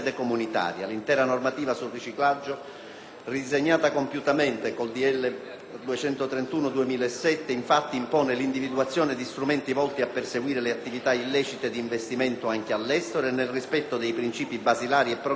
disegno di legge n. 231 del 2007, impone infatti l'individuazione di strumenti volti a perseguire le attività illecite di investimento anche all'estero e nel rispetto dei principi basilari programmatici imposti dalla convenzione di Strasburgo